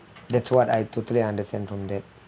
that's what I totally understand from that